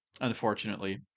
unfortunately